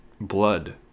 blood